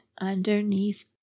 underneath